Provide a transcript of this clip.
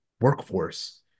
workforce